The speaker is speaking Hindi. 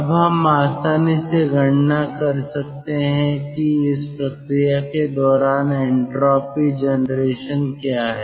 अब हम आसानी से गणना कर सकते हैं कि इस प्रक्रिया के दौरान एन्ट्रापी जनरेशन क्या है